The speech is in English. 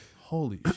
holy